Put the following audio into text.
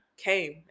Came